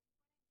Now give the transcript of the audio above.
ויש עובדת